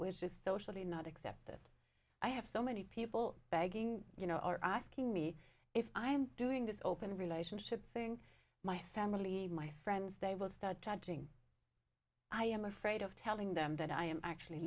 which is socially not except that i have so many people begging you know or asking me if i'm doing this open relationship thing my family my friends they will start judging i am afraid of telling them that i am actually